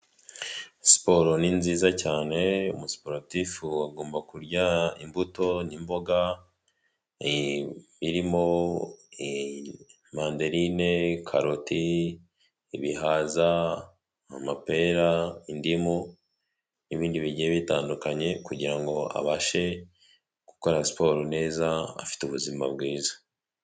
Siporo ni nziza cyane umusiporutifu agomba kurya imbuto n'imboga, birimo mandeline ,karoti, ibihaza ,amapera ,indimu n'ibindi bigiye bitandukanye, kugira ngo abashe gukora siporo neza afite ubuzima bwiza.